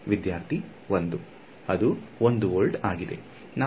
ವಿದ್ಯಾರ್ಥಿ 1